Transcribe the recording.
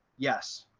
yes.